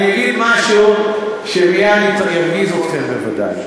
אני אגיד משהו שמייד ירגיז אתכם בוודאי,